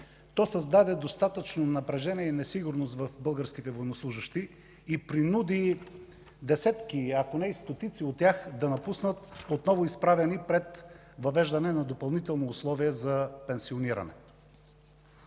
то създаде достатъчно напрежение и несигурност в българските военнослужещи и принуди десетки, ако не и стотици от тях да напуснат отново изправени пред въвеждане на допълнително условие за пенсиониране.